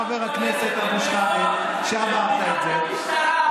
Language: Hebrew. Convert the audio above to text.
חבר הכנסת אבו שחאדה, שאמרת את זה.